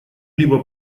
либо